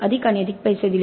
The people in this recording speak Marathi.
अधिक आणि अधिक पैसे दिले